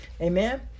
Amen